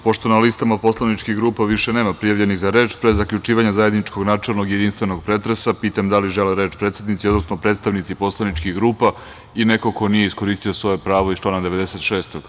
Pošto na listama poslaničkih grupa više nema prijavljenih za reč, pre zaključivanja zajedničkog načelnog i jedinstvenog pretresa pitam – da li žele reč predsednici, odnosno predstavnici poslaničkih grupa ili neko ko nije iskoristio svoje pravo iz člana 96?